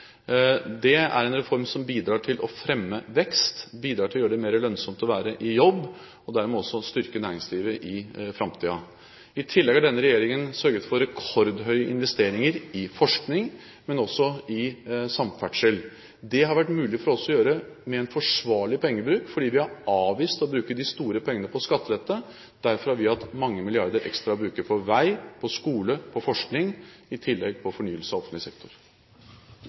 Det er en reform som bidrar til å fremme vekst, og som bidrar til å gjøre det mer lønnsomt å være i jobb, og dermed også styrker næringslivet i framtiden. I tillegg har denne regjeringen sørget for rekordhøye investeringer i forskning og også i samferdsel. Dette har vært mulig for oss å gjøre med en forsvarlig pengebruk, fordi vi har avvist å bruke de store pengene på skattelette. Derfor har vi hatt mange milliarder ekstra å bruke på vei, på skole og på forskning, i tillegg til fornyelse av offentlig sektor.